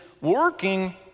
working